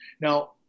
Now